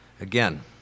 again